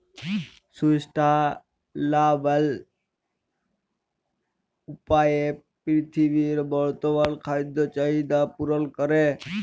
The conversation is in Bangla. সুস্টাইলাবল উপায়ে পীরথিবীর বর্তমাল খাদ্য চাহিদ্যা পূরল ক্যরে